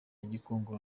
gikongoro